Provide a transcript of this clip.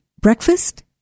breakfast